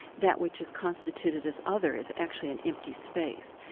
that which is constituted as other, is actually an empty space,